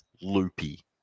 loopy